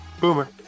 boomer